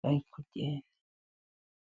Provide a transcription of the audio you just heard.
Bari kugenda.